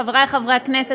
חברי חברי הכנסת,